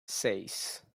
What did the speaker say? seis